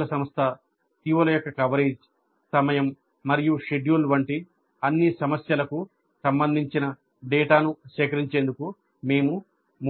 పరీక్షల సంస్థ CO ల యొక్క కవరేజ్ సమయం మరియు షెడ్యూల్ వంటి అన్ని సమస్యలకు సంబంధించిన డేటాను సేకరించేందుకు మేము